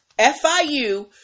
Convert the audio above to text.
FIU